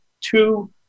two